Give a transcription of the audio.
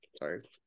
sorry